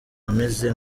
ameze